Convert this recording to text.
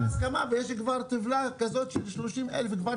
הייתה הסכמה ויש טבלה כזאת של 30,000 כבר